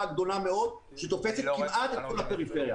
הגדולה מאוד שתופסת כמעט את כל הפריפריה.